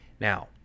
Now